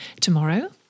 tomorrow